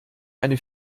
eine